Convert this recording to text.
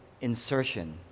insertion